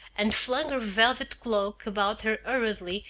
and flung her velvet cloak about her hurriedly,